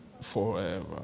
Forever